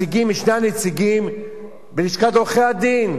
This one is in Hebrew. משני הנציגים של לשכת עורכי-הדין,